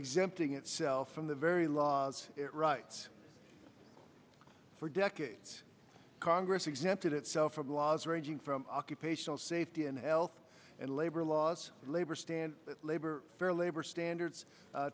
exempting itself from the very laws it writes for decades congress exempted itself from laws ranging from occupational safety and health and labor laws labor standards that labor fair labor standards